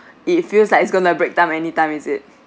it feels like it's going to break down anytime is it